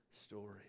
story